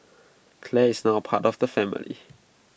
Clare is now apart of the family